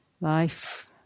life